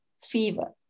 fever